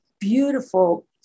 beautiful